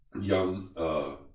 young